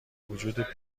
وجود